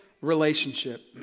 relationship